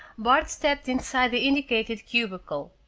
bart stepped inside the indicated cubicle.